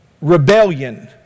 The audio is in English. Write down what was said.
rebellion